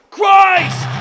Christ